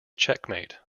checkmate